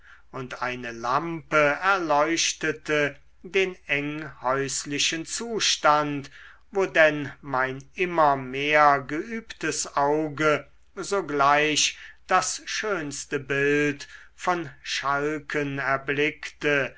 und eine lampe erleuchtete den enghäuslichen zustand wo denn mein immer mehr geübtes auge sogleich das schönste bild von schalcken erblickte